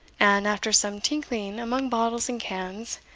and, after some tinkling among bottles and cans,